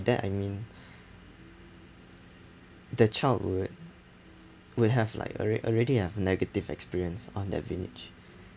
that I mean the child would would have like aread~ already have negative experience on that village